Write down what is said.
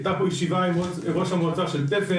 הייתה פה ישיבה עם ראש המועצה של תפן,